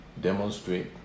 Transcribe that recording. demonstrate